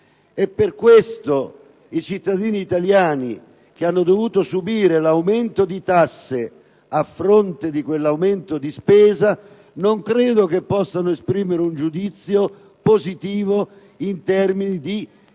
credo che i cittadini italiani che hanno dovuto subire l'aumento di tasse a fronte di quell'aumento di spesa possano esprimere un giudizio positivo in termini di maggiore